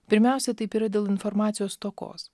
pirmiausia taip yra dėl informacijos stokos